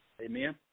amen